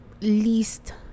least